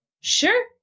Sure